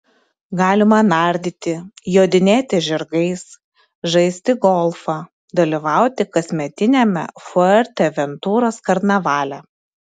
galima nardyti jodinėti žirgais žaisti golfą dalyvauti kasmetiniame fuerteventuros karnavale